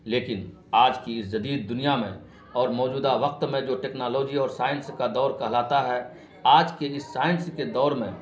لیکن آج کی اس جدید دنیا میں اور موجودہ وقت میں جو ٹیکنالوجی اور سائنس کا دور کہلاتا ہے آج کے اس سائنس کے دور میں